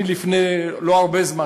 לפני לא הרבה זמן,